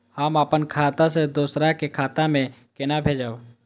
हम आपन खाता से दोहरा के खाता में केना भेजब?